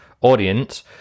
audience